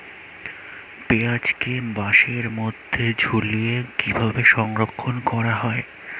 পেঁয়াজকে বাসের মধ্যে ঝুলিয়ে কিভাবে সংরক্ষণ করা হয়?